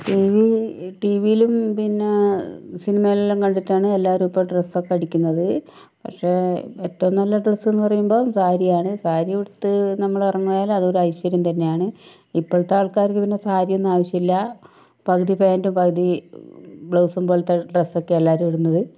T V ടിവിയിലും പിന്നെ സിനിമയിലെല്ലാം കണ്ടിട്ടാണ് എല്ലാവരുമിപ്പോൾ ഡ്രെസ്സൊക്കെ അടിക്കുന്നത് പക്ഷെ ഏറ്റവും നല്ല ഡ്രസ്സ് എന്ന് പറയുമ്പോൾ സാരിയാണ് സാരിയുടുത്ത് നമ്മളിറങ്ങിയാൽ അതൊരു ഐശ്വര്യം തന്നെയാണ് ഇപ്പോഴത്തെ ആൾക്കാർക്ക് പിന്നെ സാരിയൊന്നും ആവശ്യമില്ല പകുതി പാൻറ്റും പകുതി ബ്ലൗസും പോലത്തെ ഡ്രസ്സ് ഒക്കെയെല്ലാവരും ഇടുന്നത്